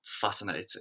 fascinating